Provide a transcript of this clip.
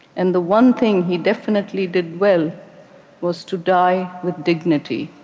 and the one thing he definitely did well was to die with dignity.